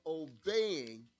obeying